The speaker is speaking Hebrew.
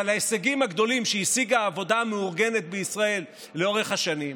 להישגים הגדולים שהשיגה העבודה המאורגנת בישראל לאורך השנים,